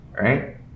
right